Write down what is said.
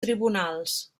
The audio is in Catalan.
tribunals